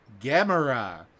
Gamera